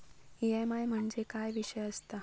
EMI म्हणजे काय विषय आसता?